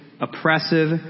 oppressive